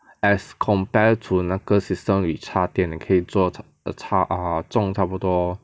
as compared to 那个 system which 插电你可以做种差不多